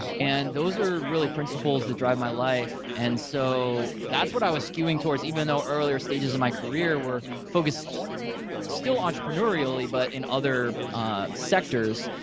and those are really principles that drive my life. and so that's what i was skewing towards even though earlier stages of my career were focused still entrepreneurially, but in other sectors.